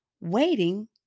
waiting